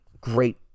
great